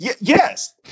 Yes